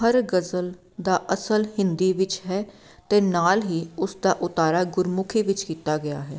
ਹਰ ਗਜ਼ਲ ਦਾ ਅਸਲ ਹਿੰਦੀ ਵਿੱਚ ਹੈ ਅਤੇ ਨਾਲ ਹੀ ਉਸਦਾ ਉਤਾਰਾ ਗੁਰਮੁਖੀ ਵਿੱਚ ਕੀਤਾ ਗਿਆ ਹੈ